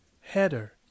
Header